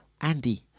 Andy